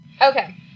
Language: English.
Okay